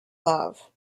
love